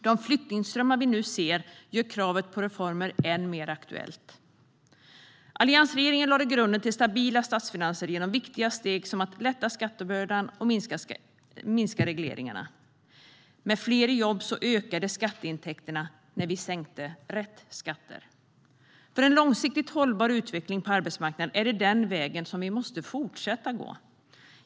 De flyktingströmmar vi nu ser gör kravet på reformer än mer aktuellt. Alliansregeringen lade grunden till stabila statsfinanser genom viktiga steg som att lätta skattebördan och minska regleringarna. Med fler jobb ökade skatteintäkterna när vi sänkte rätt skatter. För en långsiktigt hållbar utveckling på arbetsmarknaden är det den vägen vi måste fortsätta gå.